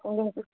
ꯑꯣ